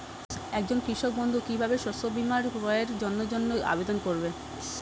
একজন কৃষক বন্ধু কিভাবে শস্য বীমার ক্রয়ের জন্যজন্য আবেদন করবে?